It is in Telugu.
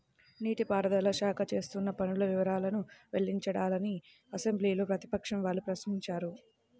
నీటి పారుదల శాఖ చేస్తున్న పనుల వివరాలను వెల్లడించాలని అసెంబ్లీలో ప్రతిపక్షం వాళ్ళు ప్రశ్నించారు